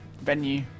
venue